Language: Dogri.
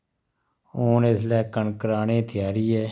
हून इसलै कनक राह्ने त्यारी ऐ